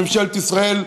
ממשלת ישראל,